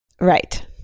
Right